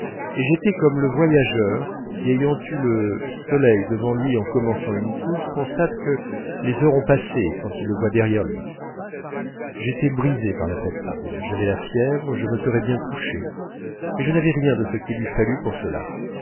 et j'étais comme le voyageur qui ayant eu le soleil devant lui en commençant une course constate que les heures sont passées quand il le voit derrière lui j'étais brisé par la fatigue j'avais la fièvre je me serais bien couché mais je n'avais rien de ce qu'il eût fallu pour cela